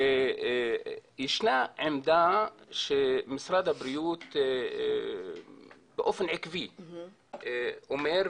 ישנה עמדה שמשרד הבריאות באופן עקבי אומר,